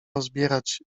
rozbierać